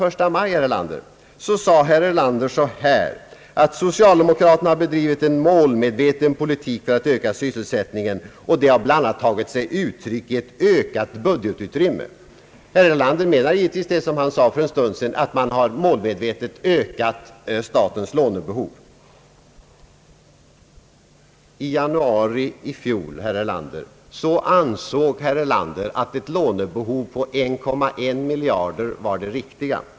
I sitt tal den 1 maj sade herr Erlander, att socialdemokraterna har bedrivit en »målmedveten politik» för att öka sysselsättningen och att det bland annat har tagit sig uttryck i »ett ökat budgetutrymme». Herr Erlander menade givetvis det som han sade för en stund sedan, nämligen att man målmedvetet har ökat statens lånebehov. I januari i fjol ansåg herr Erlander att ett lånebehov på 1,1 miljard var det riktiga.